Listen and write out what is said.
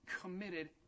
committed